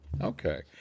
Okay